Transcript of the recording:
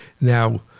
Now